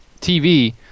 TV